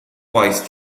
gwaith